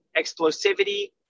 explosivity